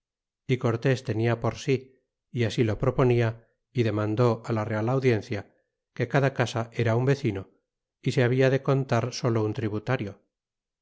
y cortés tenia por sí y así lo proponia y demandó á la real audiencia que cada casa era un vecino y se habia de contar solo un tributario